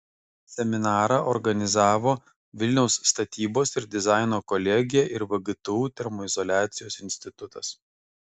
seminarą organizavo vilniaus statybos ir dizaino kolegija ir vgtu termoizoliacijos institutas